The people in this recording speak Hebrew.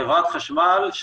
חברת חשמל,